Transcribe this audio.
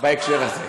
בהקשר הזה.